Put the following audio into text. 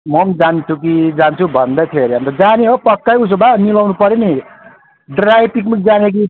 म पनि जान्छु कि जान्छु भन्दैथियो अरे अन्त जाने हो पक्कै उसो भए मिलाउनु पऱ्यो नि ड्राई पिक्निक जाने कि